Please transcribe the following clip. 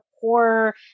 poor